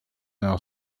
now